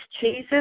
Jesus